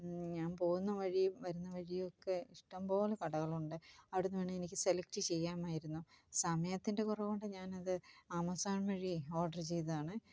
ഞാൻ പോകുന്ന വഴിയും വരുന്ന വഴിയുമൊക്കെ ഇഷ്ടംപോലെ കടകളുണ്ട് അവിടെ നിന്ന് വേണമെങ്കിൽ എനിക്ക് സെലക്ട് ചെയ്യാമായിരുന്നു സമയത്തിൻ്റെ കുറവുകൊണ്ട് ഞാനത് ആമസോൺ വഴി ഓർഡർ ചെയ്തതാണ്